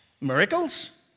Miracles